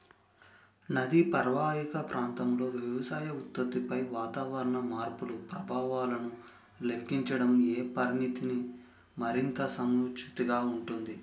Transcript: నదీ పరీవాహక ప్రాంతంలో వ్యవసాయ ఉత్పత్తిపై వాతావరణ మార్పుల ప్రభావాలను లెక్కించడంలో ఏ పరామితి మరింత సముచితంగా ఉంటుంది?